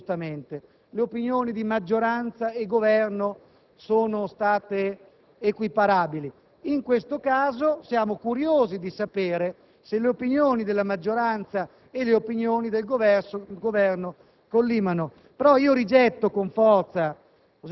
giustamente le opinioni di maggioranza e Governo sono state equiparabili. In questo caso, siamo curiosi di sapere se le opinioni della maggioranza e le opinioni del Governo collimano, però rigetto con forza